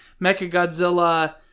Mechagodzilla